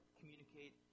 communicate